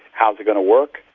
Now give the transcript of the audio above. how is it going to work,